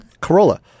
Corolla